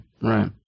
right